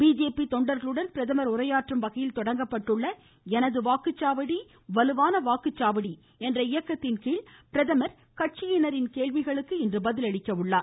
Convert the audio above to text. BJP தொண்டர்களுடன் பிரதமர் வகையில் தொடங்கப்பட்டுள்ள எனது வாக்குச்சாவடி வலுவான வாக்குச்சாவடி என்ற இயக்கத்தின் கீழ் பிரதமர் கட்சியினரின் கேள்விகளுக்கு இன்று பதிலளிக்கிறார்